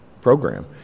program